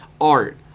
art